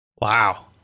Wow